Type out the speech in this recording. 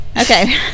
Okay